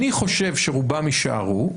אני חושב שרובם יישארו,